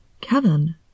Kevin